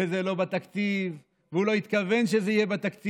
זה לא בתקציב, והוא לא התכוון שזה יהיה בתקציב.